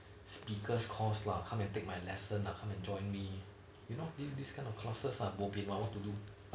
snickers